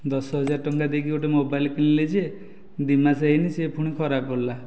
ଦଶ ହଜାର ଟଙ୍କା ଦେଇ ଗୋଟିଏ ମୋବାଇଲ କିଣିଲି ଯେ ଦୁଇ ମାସ ହୋଇନି ସେ ପୁଣି ଖରାପ ପଡ଼ିଲା